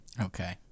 okay